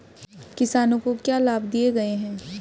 किसानों को क्या लाभ दिए गए हैं?